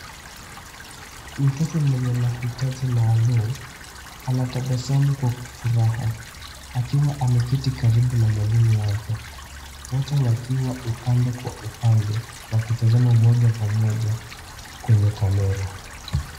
Mtoto mwenye mahitaji maalum anatabasamu kwa furaha akiwa ameketi karibu na mwalimu wake. Wote wakiwa upande kwa upande wakitazama moja kwa moja kwenye kamera.